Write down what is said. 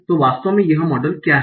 तो वास्तव में यह मॉडल क्या है